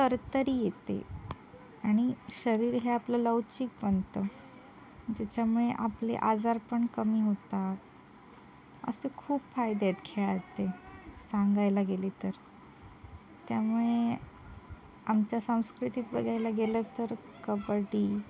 तरतरी येते आणि शरीर हे आपलं लवचिक बनतं ज्याच्यामुळे आपले आजार पण कमी होतात असे खूप फायदे आहेत खेळाचे सांगायला गेले तर त्यामुळे आमच्या संस्कृतीत बघायला गेलं तर कबड्डी